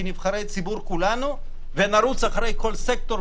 כנבחרי ציבור כולנו ונרוץ אחרי כל סקטור,